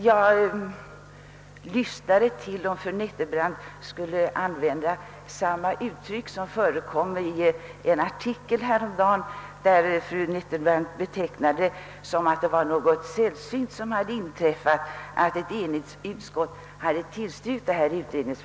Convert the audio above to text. Jag lyssnade efter om fru Nettelbrandt skulle använda samma uttryck som förekom i en artikel av henne häromdagen i DN, där fru Nettelbrandt betecknade det som något sällsynt att ett enigt utskott hade tillstyrkt förslaget om utredning.